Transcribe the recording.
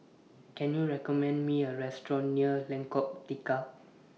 Can YOU recommend Me A Restaurant near Lengkok Tiga